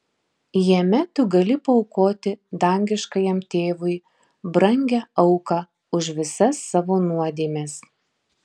jame tu gali paaukoti dangiškajam tėvui brangią auką už visas savo nuodėmes